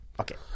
Okay